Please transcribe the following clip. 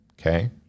Okay